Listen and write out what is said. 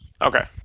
Okay